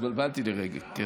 התבלבלתי לרגע, כן.